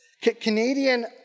Canadian